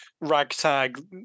ragtag